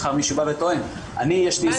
מחר מישהו יבוא ויטען: יש לי איסור